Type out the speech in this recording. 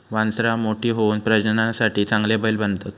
वासरां मोठी होऊन प्रजननासाठी चांगले बैल बनतत